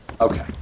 Okay